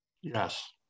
Yes